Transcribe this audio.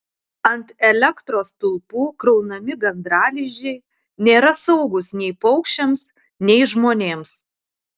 ant elektros stulpų kraunami gandralizdžiai nėra saugūs nei paukščiams nei žmonėms